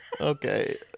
Okay